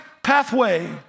pathway